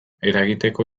eragiteko